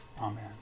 Amen